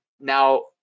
Now